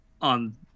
on